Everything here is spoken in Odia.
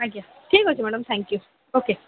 ଆଜ୍ଞା ଠିକ୍ ଅଛି ମ୍ୟାଡମ୍ ଥ୍ୟାଙ୍କ୍ ୟୁ ଓକେ